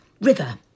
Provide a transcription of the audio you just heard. River